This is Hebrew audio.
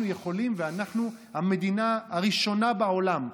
אנחנו יכולים, ואנחנו המדינה הראשונה בעולם,